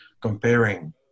comparing